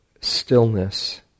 stillness